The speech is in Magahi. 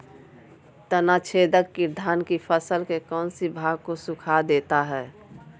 तनाछदेक किट धान की फसल के कौन सी भाग को सुखा देता है?